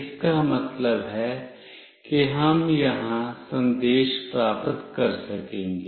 इसका मतलब है कि हम यहां संदेश प्राप्त कर सकेंगे